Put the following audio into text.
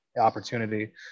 opportunity